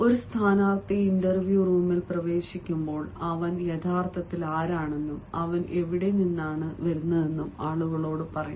ഒരു സ്ഥാനാർത്ഥി ഇന്റർവ്യൂ റൂമിൽ പ്രവേശിക്കുമ്പോൾ അവൻ യഥാർത്ഥത്തിൽ ആരാണെന്നും അവൻ എവിടെ നിന്നാണെന്നും ആളുകളോട് പറയുന്നു